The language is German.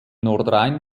nordrhein